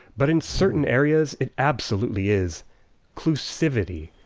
but in certain areas it absolutely is clusivity.